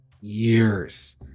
years